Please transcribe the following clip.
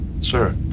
sir